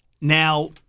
Now –